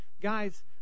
Guys